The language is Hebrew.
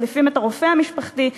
מחליפים את הרופא המשפחתי,